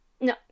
No